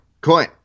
coin